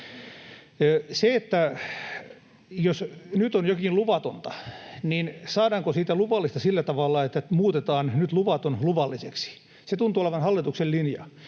Jos jokin on nyt luvatonta, saadaanko siitä luvallista sillä tavalla, että muutetaan nyt luvaton luvalliseksi? Se tuntuu olevan hallituksen linja.